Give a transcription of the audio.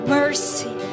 mercy